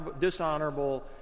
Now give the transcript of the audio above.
dishonorable